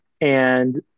and-